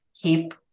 keep